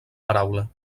paraula